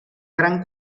gran